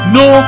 no